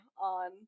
on